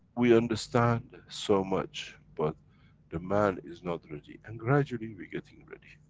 we understand so much, but the man is not ready. and gradually, we're getting ready.